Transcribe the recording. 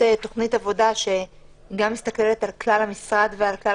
תוכנית עבודה שגם מסתכלת על כלל המשרד ועל כלל